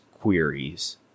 queries